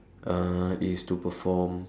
uh is to perform